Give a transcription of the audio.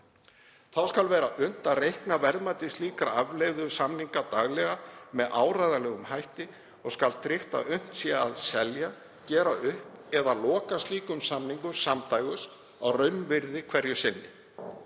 Þá skal vera unnt að reikna verðmæti slíkra afleiðusamninga daglega með áreiðanlegum hætti og skal tryggt að unnt sé að selja, gera upp eða loka slíkum samningum samdægurs á raunvirði hverju sinni.